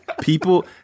people